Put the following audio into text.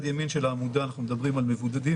ימין של העמודה אנחנו מדברים על מבודדים,